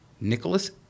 Nicholas